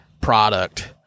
product